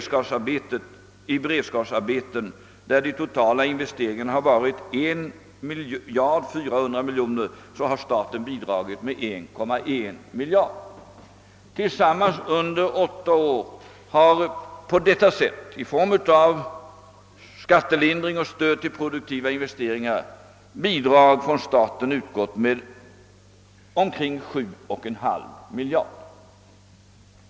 I fråga om beredskapsarbeten, 1 vilka de totala investeringarna är 1 400 miljoner kronor, har staten bidragit med 1,1 miljard kronor. Under åtta år har på detta sätt i form av skattelindring och stöd till produktiva investeringar bidrag från staten utgått med tillsammans omkring 7,5 miljarder kronor.